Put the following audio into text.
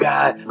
God